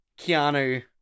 keanu